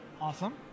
Awesome